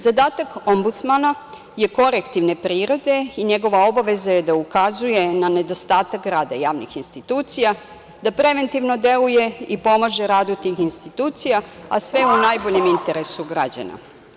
Zadatak Ombudsmana je korektivne prirode i njegova obaveza je da ukazuje na nedostatak rada javnih institucija, da preventivno deluje i pomaže radu tih institucija, a sve u najboljem interesu građana.